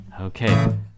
Okay